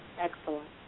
Excellent